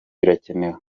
birakenewe